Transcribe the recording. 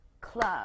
Club